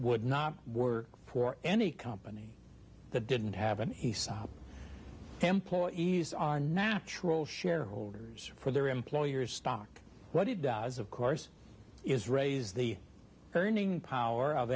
would not work for any company that didn't have and he stopped employee use are natural shareholders for their employer's stock what it does of course is raise the earning power of